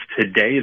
today